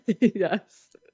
Yes